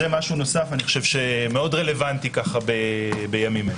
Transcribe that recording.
זה משהו נוסף שמאוד רלוונטי בימים אלה.